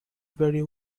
very